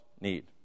need